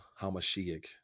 hamashiach